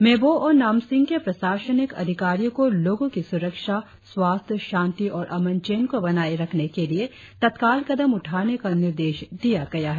मेबो और नामसिंग के प्रशासनिक अधिकारियों को लोगों की सुरक्षा स्वास्थ्य शांति और अमन चैन को बनाए रखने के लिए तत्काल कदम उठाने का निर्देश दिया गया है